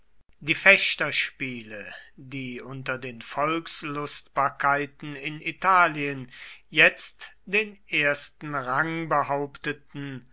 die fechterspiele die unter den volkslustbarkeiten in italien jetzt den ersten rang behaupteten